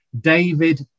David